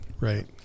Right